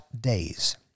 days